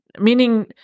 meaning